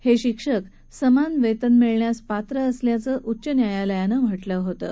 हे शिक्षक समान वेतन मिळण्यास पात्र असल्याचं उच्च न्यायालयानं म्हटलं होतं